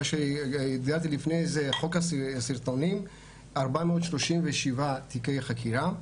שהגדרתי לפני כן חוק הסרטונים 437 תיקי חקירה,